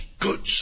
goods